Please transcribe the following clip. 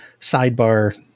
sidebar